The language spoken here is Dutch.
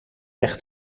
weg